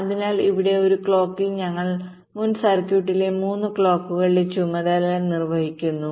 അതിനാൽ ഇവിടെ ഒരു ക്ലോക്കിൽ ഞങ്ങൾ മുൻ സർക്യൂട്ടിലെ 3 ക്ലോക്കുകളുടെ ചുമതല നിർവഹിക്കുന്നു